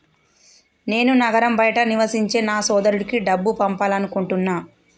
నేను నగరం బయట నివసించే నా సోదరుడికి డబ్బు పంపాలనుకుంటున్నా